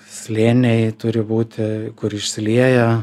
slėniai turi būti kur išsilieja